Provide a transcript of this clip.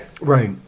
Right